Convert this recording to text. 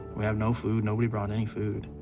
we have no food. nobody brought any food.